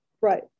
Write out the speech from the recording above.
Right